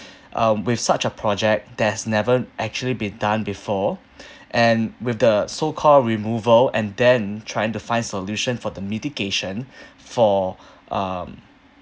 um with such a project that's never actually been done before and with the so called removal and then trying to find solution for the mitigation for um